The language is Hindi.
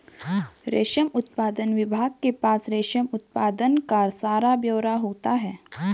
रेशम उत्पादन विभाग के पास रेशम उत्पादन का सारा ब्यौरा होता है